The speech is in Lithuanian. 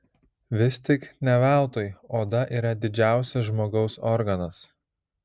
vis tik ne veltui oda yra didžiausias žmogaus organas